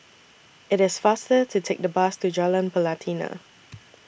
IT IS faster to Take The Bus to Jalan Pelatina